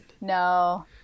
No